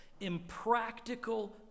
impractical